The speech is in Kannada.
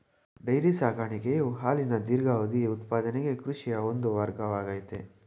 ಡೈರಿ ಸಾಕಾಣಿಕೆಯು ಹಾಲಿನ ದೀರ್ಘಾವಧಿಯ ಉತ್ಪಾದನೆಗೆ ಕೃಷಿಯ ಒಂದು ವರ್ಗವಾಗಯ್ತೆ